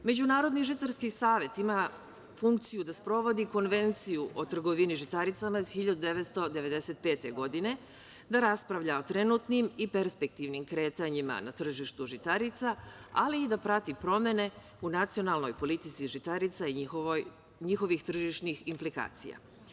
Međunarodni žitarski savet ima funkciju da sprovodi Konvenciju o trgovini žitaricama iz 1995. godine, da raspravlja o trenutnim i perspektivnim kretanjima na tržištu žitarica, ali i da prati promene u nacionalnoj politici žitarica i njihovih tržišnih implikacija.